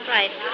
Right